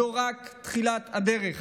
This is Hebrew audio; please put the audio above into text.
זו רק תחילת הדרך